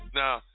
now